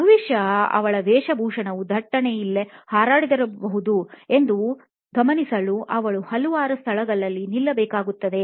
ಬಹುಶಃ ಅವಳ ವೇಷಭೂಷಣವು ದಟ್ಟಣೆಯಲ್ಲಿ ಹಾರಾಡಿರಬಹುದು ಎಂದು ಗಮನಿಸಲು ಅವಳು ಹಲವಾರು ಸ್ಥಳಗಳಲ್ಲಿ ನಿಲ್ಲಬೇಕಾಗುತ್ತದೆ